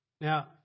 Now